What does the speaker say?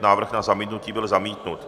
Návrh na zamítnutí byl zamítnut.